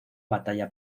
batalla